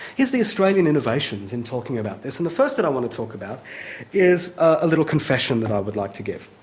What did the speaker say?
here's the australian innovations in talking about this, and the first that i want to talk about is a little confession that i would like to give.